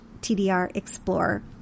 TDRExplorer